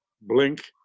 blink